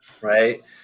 right